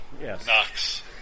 yes